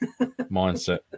mindset